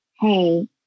hey